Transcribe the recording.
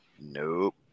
Nope